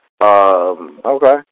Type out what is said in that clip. Okay